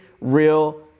real